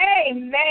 Amen